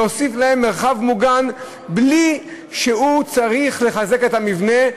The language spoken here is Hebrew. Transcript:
להוסיף להם מרחב מוגן בלי שיהיה צריך לחזק את המבנה,